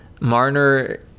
Marner